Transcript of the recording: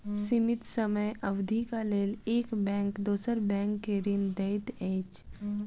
सीमित समय अवधिक लेल एक बैंक दोसर बैंक के ऋण दैत अछि